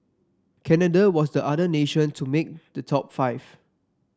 Canada was the other nation to make the top five